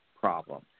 problem